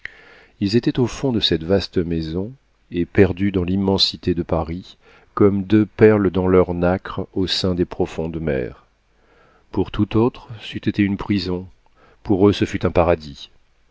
ils étaient au fond de cette vaste maison et perdus dans l'immensité de paris comme deux perles dans leur nacre au sein des profondes mers pour tout autre c'eût été une prison pour eux ce fut un paradis